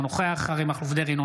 אינו נוכח אריה מכלוף דרעי,